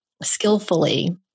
skillfully